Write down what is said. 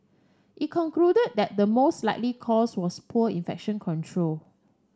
it concluded that the most likely cause was poor infection control